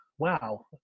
Wow